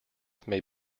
may